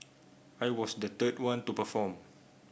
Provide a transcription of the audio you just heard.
I was the third one to perform